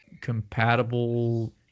compatible